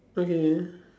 okay